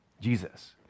Jesus